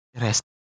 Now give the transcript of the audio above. rest